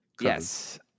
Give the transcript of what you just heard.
yes